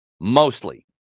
mostly